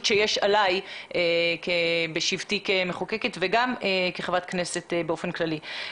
שיש עלי בשבתי כמחוקקת וגם כחברת כנסת באופן כללי.